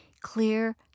clear